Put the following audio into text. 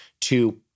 to-